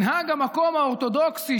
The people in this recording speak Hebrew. מנהג המקום האורתודוקסי,